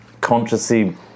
consciously